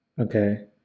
okay